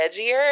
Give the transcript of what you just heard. edgier